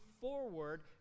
forward